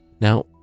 Now